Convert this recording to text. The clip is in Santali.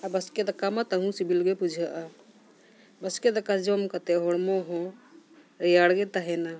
ᱟᱨ ᱵᱟᱥᱠᱮ ᱫᱟᱠᱟ ᱢᱟ ᱛᱟᱹᱦᱩ ᱥᱤᱵᱤᱞ ᱜᱮ ᱵᱩᱡᱷᱟᱹᱜᱼᱟ ᱵᱟᱥᱠᱮ ᱫᱟᱠᱟ ᱡᱚᱢ ᱠᱟᱛᱮᱫ ᱦᱚᱲᱢᱚ ᱦᱚᱸ ᱨᱮᱭᱟᱲ ᱜᱮ ᱛᱟᱦᱮᱱᱟ